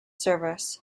service